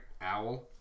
owl